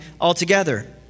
altogether